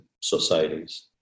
societies